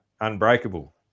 unbreakable